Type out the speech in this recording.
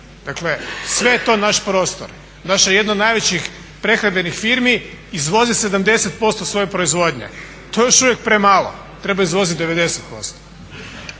Dakle, sve je to naš prostor. Naša jedna od najvećih prehrambenih firmi izvozi 70% svoje proizvodnje. To je još uvijek premalo, treba izvoziti 90%.